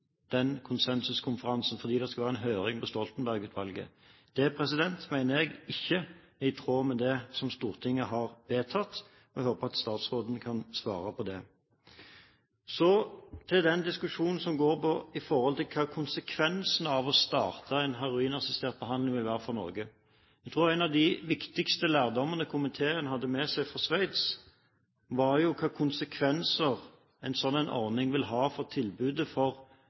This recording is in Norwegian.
den konsensuskonferansen fordi det skal være en høring om Stoltenberg-utvalget. Det mener jeg ikke er i tråd med det som Stortinget har vedtatt, og jeg håper at statsråden kan svare på det. Så til diskusjonen som gjelder hva konsekvensene av å starte en heroinassistert behandling vil være for Norge. Jeg tror en av de viktigste lærdommene komiteen hadde med seg fra Sveits, var konsekvensene en slik ordning vil ha for tilbudet om legemiddelassistert rehabilitering som helhet, nemlig at en forutsetning for